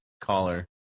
caller